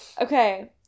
Okay